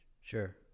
Sure